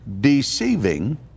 deceiving